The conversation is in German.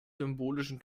symbolischen